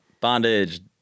Bondage